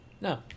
No